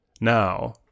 now